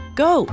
go